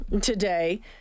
today